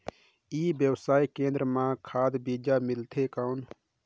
ई व्यवसाय केंद्र मां खाद बीजा मिलथे कौन?